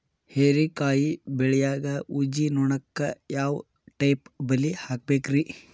ಹೇರಿಕಾಯಿ ಬೆಳಿಯಾಗ ಊಜಿ ನೋಣಕ್ಕ ಯಾವ ಟೈಪ್ ಬಲಿ ಹಾಕಬೇಕ್ರಿ?